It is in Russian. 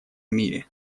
мире